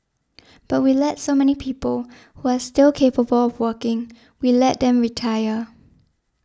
but we let so many people who are still capable of working we let them retire